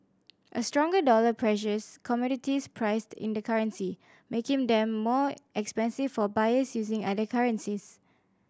a stronger dollar pressures commodities priced in the currency making them more expensive for buyers using other currencies